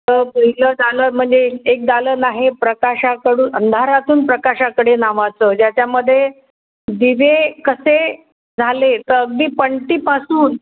तर पहिलं दालन म्हणजे एक दालन आहे प्रकाशाकडून अंधारातून प्रकाशाकडे नावाचं ज्याच्यामध्ये दिवे कसे झाले तर अगदी पणतीपासून